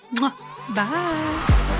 Bye